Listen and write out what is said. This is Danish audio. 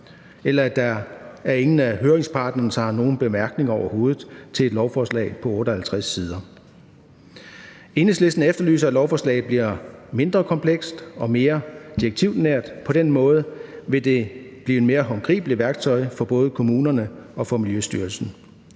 eller at ingen af høringsparterne har nogen bemærkninger overhovedet til et lovforslag på 58 sider. Enhedslisten efterlyser, at lovforslaget bliver mindre komplekst og mere direktivnært. På den måde vil det blive et mere håndgribeligt værktøj for både kommunerne og for Miljøstyrelsen.